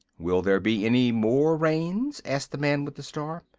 will there be any more rains? asked the man with the star.